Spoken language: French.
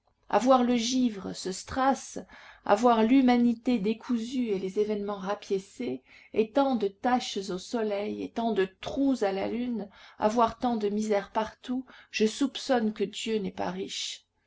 voir le givre ce strass à voir l'humanité décousue et les événements rapiécés et tant de taches au soleil et tant de trous à la lune à voir tant de misère partout je soupçonne que dieu n'est pas riche